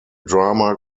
drama